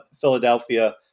Philadelphia